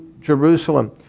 Jerusalem